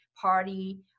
party